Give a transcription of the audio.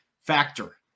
factor